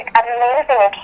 amazing